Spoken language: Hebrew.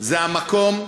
זה המקום,